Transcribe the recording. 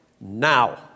now